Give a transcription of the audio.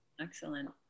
Excellent